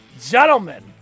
gentlemen